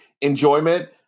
Enjoyment